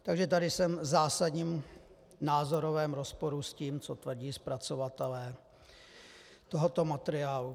Takže tady jsem v zásadním názorovém rozporu s tím, co tvrdí zpracovatelé tohoto materiálu.